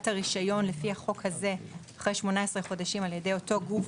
הרישיון לפי החוק הזה אחרי 18 חודשים על ידי אותו גוף